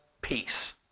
peace